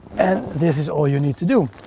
and this is all you need to do.